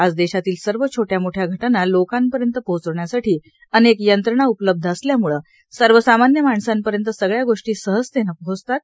आज देशातील सर्व छोट्या मोठ्या घटना लोकांपर्यत पोहोचवण्यासाठी अनेक यंत्रणा उपलब्ध असल्यामुळे सर्वसामान्य माणसांपर्यत सगळ्या गोष्टी सहजतेनं पोहचतात